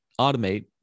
Automate